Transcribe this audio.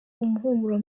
umuhumuro